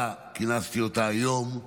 כינסתי את הוועדה היום,